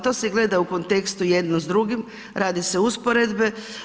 To se gleda u kontekstu jedno s drugim, rade se usporedbe.